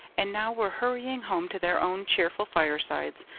and now were hurrying home to their own cheerful firesides,